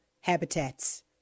habitats